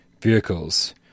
Vehicles